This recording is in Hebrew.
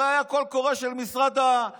הרי היה קול קורא של משרד המשפטים,